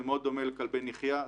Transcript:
זה מאוד דומה לכלבי נחייה.